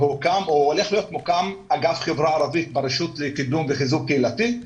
הולך להיות מוקם אגף חברה ערבית ברשות לקידום וחיזוק קהילתי,